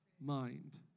mind